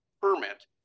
permit